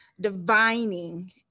divining